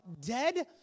dead